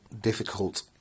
difficult